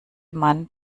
man